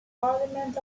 parliament